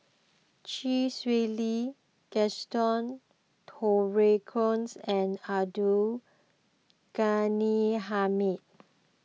Chee Swee Lee Gaston Dutronquoys and Abdul Ghani Hamid